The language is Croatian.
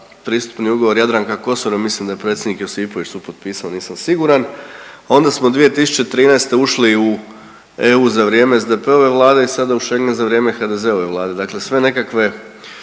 pristupni ugovor Jadranka Kosor, a mislim da je predsjednik Josipović supotpisao, nisam siguran. Onda smo 2013. ušli u EU za vrijeme SDP-ove vlade i sada u Schengen za vrijeme HDZ-ove vlade. Dakle, sve nekakve,